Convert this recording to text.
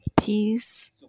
peace